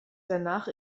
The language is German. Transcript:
danach